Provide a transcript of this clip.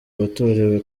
watorewe